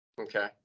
Okay